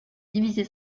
divisée